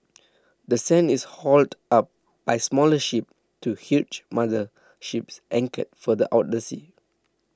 the sand is hauled up by smaller ships to huge mother ships anchored further out the sea